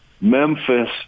Memphis